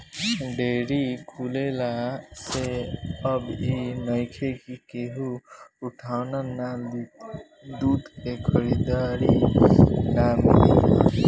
dairy खुलला से अब इ नइखे कि केहू उठवाना ना लि त दूध के खरीदार ना मिली हन